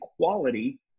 quality